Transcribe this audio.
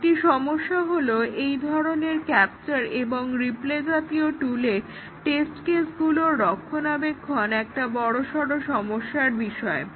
একটি সমস্যা হলো এই ধরনের ক্যাপচার এবং রিপ্লে জাতীয় টুলে টেস্ট কেসগুলোর রক্ষণাবেক্ষণ একটা বড়সড় সমস্যার বিষয়